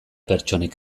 pertsonek